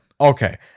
Okay